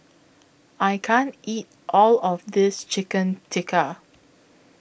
I can't eat All of This Chicken Tikka